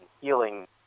healing